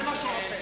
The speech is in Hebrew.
זה מה שהוא עושה.